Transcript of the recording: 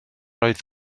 oedd